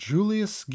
Julius